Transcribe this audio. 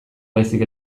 baizik